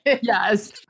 yes